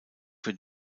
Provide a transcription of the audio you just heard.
für